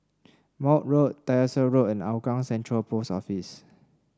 Maude Road Tyersall Road and Hougang Central Post Office